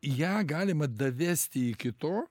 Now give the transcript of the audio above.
ją galima davesti iki to